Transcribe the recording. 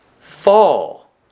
fall